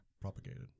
Propagated